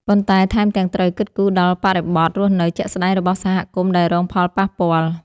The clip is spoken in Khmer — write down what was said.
ប៉ុន្តែថែមទាំងត្រូវគិតគូរដល់បរិបទរស់នៅជាក់ស្តែងរបស់សហគមន៍ដែលរងផលប៉ះពាល់។